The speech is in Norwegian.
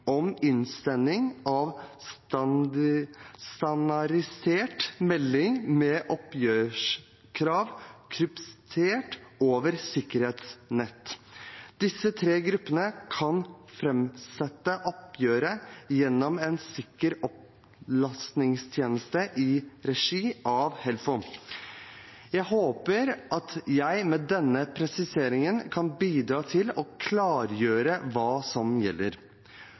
om innsending av standardisert melding med oppgjørskrav kryptert over sikkerhetsnett. Disse tre gruppene kan framsette oppgjøret gjennom en sikker opplastningstjeneste i regi av Helfo. Jeg håper at jeg med denne presiseringen kan bidra til å klargjøre hva som gjelder.